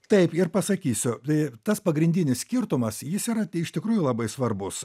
taip ir pasakysiu tai tas pagrindinis skirtumas jis yra iš tikrųjų labai svarbus